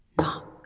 Knock